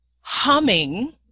Humming